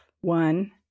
one